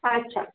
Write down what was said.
अच्छा